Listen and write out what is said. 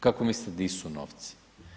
Kako mislite di su novci?